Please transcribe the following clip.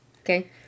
Okay